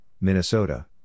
Minnesota